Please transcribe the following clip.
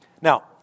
Now